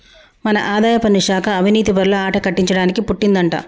మన ఆదాయపన్ను శాఖ అవనీతిపరుల ఆట కట్టించడానికి పుట్టిందంటా